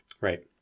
Right